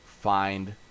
find